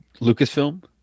Lucasfilm